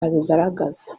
abigaragaza